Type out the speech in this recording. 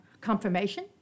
confirmation